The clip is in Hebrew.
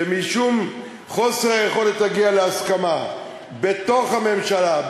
שמשום חוסר היכולת להגיע להסכמה בתוך הממשלה,